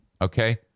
Okay